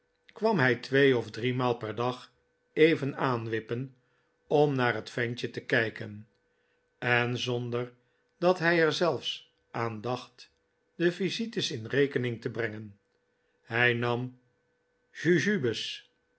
kwam hij twee of driemaal per dag even aanwippen om naar het ventje te kijken en zonder dat hij er zelfs aan dacht de visites in rekening te brengen hij nam